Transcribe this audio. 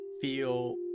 feel